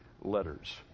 letters